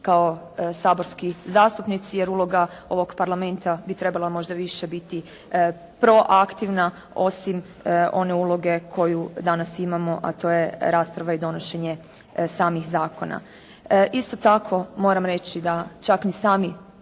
kao saborski zastupnici, jer uloga ovog Parlamenta bi trebala možda više biti proaktivna osim one uloge koju danas imamo, a to je rasprava i donošen je samih zakona. Isto tako moram reći da čak ni sami